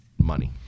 money